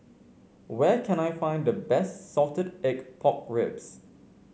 where can I find the best Salted Egg Pork Ribs